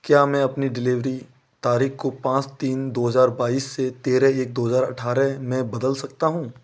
क्या मैं अपनी डिलेवरी तारीख़ को पाँच तीन दो हज़ार बाईस से तेरह एक दो हज़ार अठारे में बदल सकता हूँ